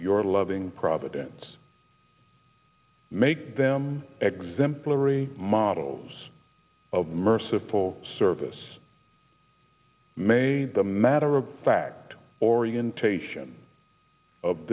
your loving providence make them exemplary models of merciful service made the matter of fact orientation of